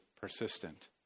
persistent